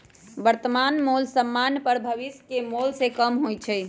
वर्तमान मोल समान्य पर भविष्य के मोल से कम होइ छइ